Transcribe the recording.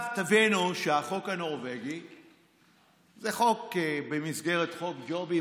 תבינו שהחוק הנורבגי זה חוק במסגרת חוק הג'ובים.